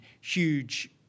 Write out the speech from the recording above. huge